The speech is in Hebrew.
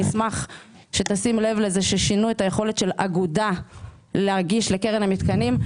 אני אשמח שתשים לב לזה ששינו את היכולת של אגודה להגיש לקרן המתקנים.